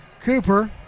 Cooper